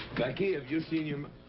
becky, have you seen your m.